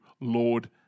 Lord